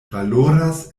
valoras